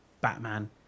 Batman